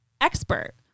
expert